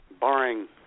barring